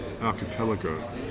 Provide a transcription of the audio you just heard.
archipelago